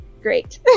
great